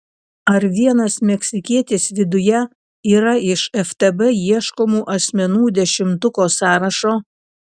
ar vienas meksikietis viduje yra iš ftb ieškomų asmenų dešimtuko sąrašo